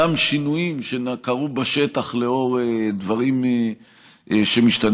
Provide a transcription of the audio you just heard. גם שינויים שקרו בשטח לאור דברים שמשתנים,